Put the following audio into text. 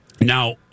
Now